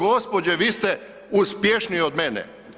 Gospođe, vi ste uspješnije od mene.